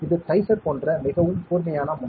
இது டைசர் போன்ற மிகவும் கூர்மையான முனை